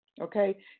okay